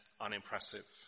unimpressive